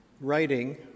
Writing